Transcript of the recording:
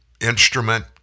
instrument